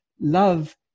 love